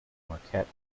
marquette